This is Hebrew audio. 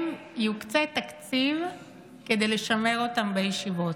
יוקצה תקציב כדי לשמר אותם בישיבות.